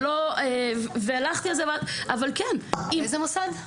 איזה מוסד?